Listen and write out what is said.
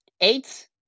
Eight